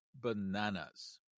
bananas